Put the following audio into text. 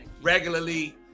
regularly